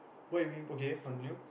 what you mean okay continue